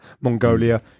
Mongolia